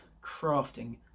crafting